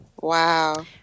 Wow